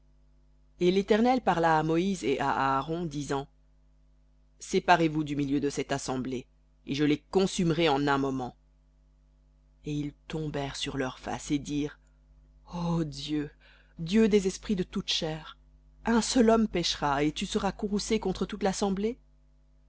et l'éternel parla à moïse et à aaron disant séparez-vous du milieu de cette assemblée et je les consumerai en un moment et ils tombèrent sur leurs faces et dirent ô dieu dieu des esprits de toute chair un seul homme péchera et tu seras courroucé contre toute l'assemblée